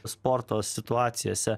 sporto situacijose